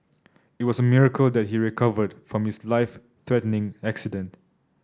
it was a miracle that he recovered from his life threatening accident